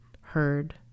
heard